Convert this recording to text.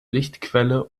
lichtquelle